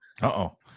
Uh-oh